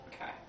okay